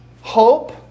Hope